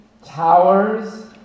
Towers